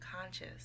conscious